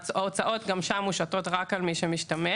ההוצאות גם שם מושתות רק על מי שמשתמש.